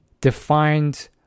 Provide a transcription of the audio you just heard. defined